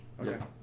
Okay